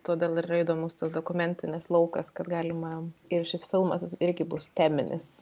todėl ir yra įdomus tas dokumentines laukas kad galima ir šis filmas irgi bus teminis